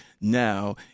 now